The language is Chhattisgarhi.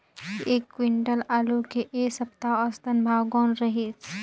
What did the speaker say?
एक क्विंटल आलू के ऐ सप्ता औसतन भाव कौन रहिस?